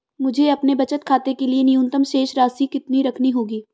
मुझे अपने बचत खाते के लिए न्यूनतम शेष राशि कितनी रखनी होगी?